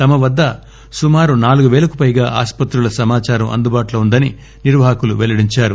తమవద్ద సుమారు నాలుగు పేలకు పైగా ఆస్పత్రుల సమాదారం అందుబాటులో ఉందని నిర్వాహకులు పెల్లడించారు